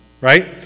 right